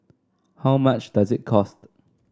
how much does it cost